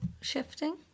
shifting